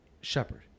shepherd